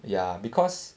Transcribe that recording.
ya because